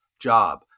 job